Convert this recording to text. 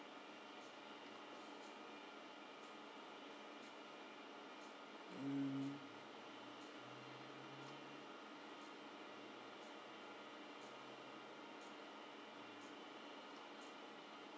um